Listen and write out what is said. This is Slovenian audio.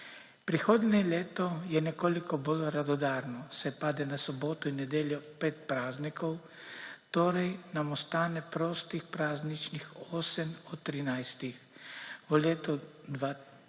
Prihodnje leto je nekoliko bolj radodarno, saj pade na soboto in nedeljo 5 praznikov, torej nam ostane prostih prazničnih 8 od 13 dni, v letu 2023